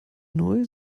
neu